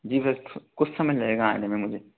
जी बस कुछ समय लगेगा आने में मुझे